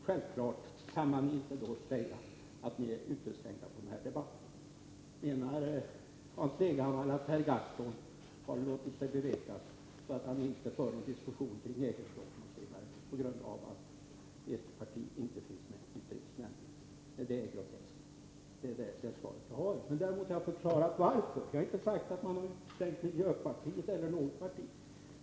Självfallet kan man då inte säga att ni är utestängda från den här debatten. Menar Hans Leghammar att Per Gahrton har låtit sig bevekas så att han inte för någon diskussion om EG-frågor på grund av att ert parti inte finns med i utrikesnämnden? Det vore groteskt. Jag har inte sagt att man skall stänga ute miljöpartiet eller något annat parti.